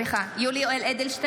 (קוראת בשמות חברי הכנסת) יולי יואל אדלשטיין,